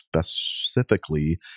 specifically